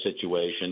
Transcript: situation